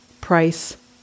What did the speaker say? price